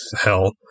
hell